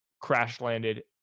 crash-landed